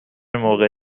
موقع